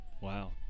Wow